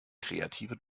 kreative